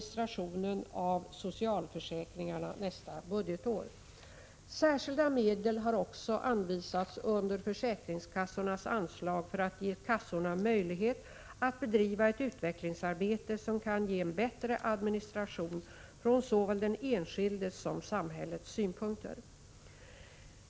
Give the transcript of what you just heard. Särskilda medel har också anvisats under försäkringskassornas anslag för att ge kassorna möjlighet att bedriva ett utvecklingsarbete som kan ge en bättre administration från såväl den enskildes som samhällets synpunkter.